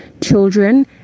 children